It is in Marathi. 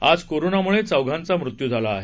आज कोरोनामुळे चौघाचा मृत्यू झाला आहे